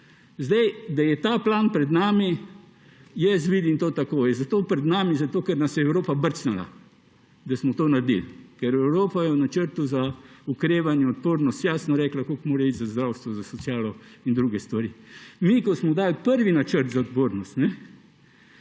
cilja. Da je ta plan pred nami, jaz vidim to takoj, zato je pred nami, ker nas je Evropa brcnila, da smo to naredili, ker Evropa je v Načrtu za okrevanje in odpornost jasno rekla, koliko mora iti za zdravstvo, za socialo in druge stvari. Ko smo mi dali prvi načrt za okrevanje